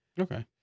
Okay